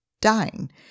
dying